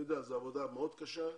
אני יודע, זאת עבודה מאוד קשה.